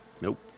Nope